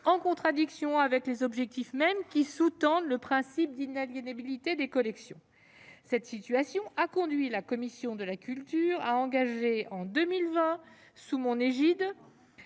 en contradiction avec les objectifs mêmes qui sous-tendent le principe d'inaliénabilité des collections. Cette situation a conduit la commission de la culture à engager en 2020, sous mon égide,